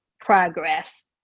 progress